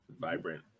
Vibrant